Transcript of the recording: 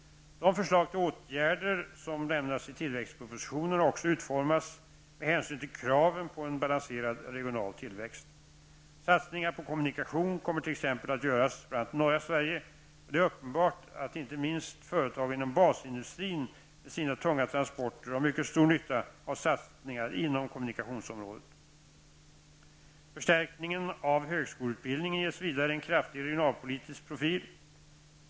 De förslag till åtgärder som lämnas i tillväxtpropositionen har också utformats med hänsyn till kraven på en balanserad regional tillväxt. Satsningar på kommunikation kommer t.ex. att göras bl.a. i norra Sverige och det är uppenbart att inte minst företag inom basindustrin med sina tunga transporter har mycket stor nytta av satsningar inom kommunikationsområdet. Förstärkningen av högskoleutbildningen ges vidare en kraftig regionalpolitisk profil.